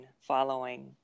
following